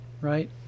right